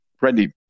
ready